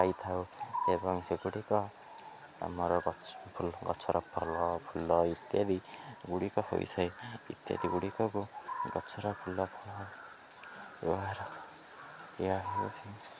ପାଇଥାଉ ଏବଂ ସେଗୁଡ଼ିକ ଆମର ଗଛର ଫଲ ଫୁଲ ଇତ୍ୟାଦି ଗୁଡ଼ିକ ହୋଇଥାଏ ଇତ୍ୟାଦି ଗୁଡ଼ିକକୁ ଗଛର ଫୁଲ ଫଲ ବ୍ୟବହାର ଏହା ହେଉଛି